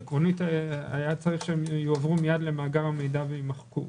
עקרונית היה צריך שהם יועברו מיד למאגר המידע ויימחקו.